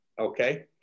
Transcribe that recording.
Okay